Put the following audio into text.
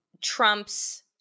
Trump's